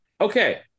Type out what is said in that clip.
Okay